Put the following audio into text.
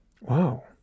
Wow